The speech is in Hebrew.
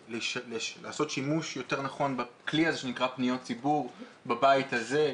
ולעשות שימוש יותר נכון בכלי הזה שנקרא פניות ציבור בבית הזה.